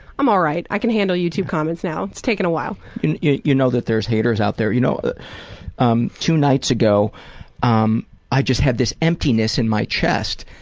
i'm alright. i can handle youtube comments now, it's taken a while. and you you know there's haters out there. you know um two nights ago um i just had this emptiness in my chest,